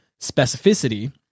specificity